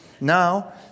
Now